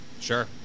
Sure